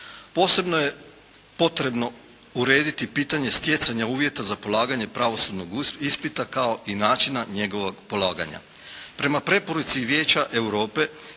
Posebno je potrebno urediti pitanje stjecanja uvjeta za polaganje pravosudnog ispita, kao i načina njegovog polaganja. Prema preporuci Vijeća Europe,